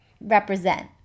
represent